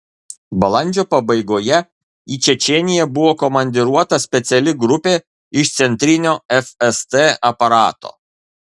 balandžio pabaigoje į čečėniją buvo komandiruota speciali grupė iš centrinio fst aparato